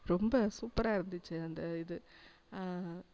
ரொம்ப சூப்பராக இருந்துச்சு அந்த இது